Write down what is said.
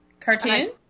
Cartoon